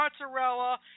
mozzarella